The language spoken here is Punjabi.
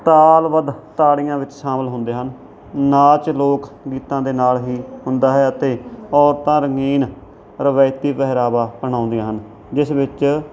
ਤਾਲਬੱਧ ਤਾੜੀਆਂ ਵਿੱਚ ਸ਼ਾਮਲ ਹੁੰਦੇ ਹਨ ਨਾਚ ਲੋਕ ਗੀਤਾਂ ਦੇ ਨਾਲ ਹੀ ਹੁੰਦਾ ਹੈ ਅਤੇ ਔਰਤਾਂ ਰੰਗੀਨ ਰਿਵਾਇਤੀ ਪਹਿਰਾਵਾ ਅਪਣਾਉਂਦੀਆਂ ਹਨ ਜਿਸ ਵਿੱਚ